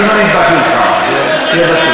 אני לא נדבק ממך, תהיה בטוח.